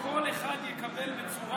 כל אחד יקבל בצורה